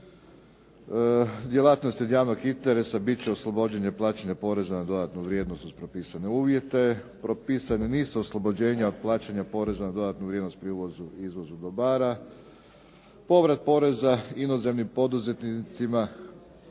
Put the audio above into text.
Djelatnost od javnog interesa bit će oslobođena plaćanja poreza na dodatnu vrijednost uz propisane uvjete, propisani nisu oslobođenja od plaćanja poreza na dodatnu vrijednost pri uvozu i izvozu dobara, povrat poreza inozemnim poduzetnicima